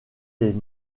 les